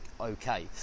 okay